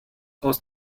aus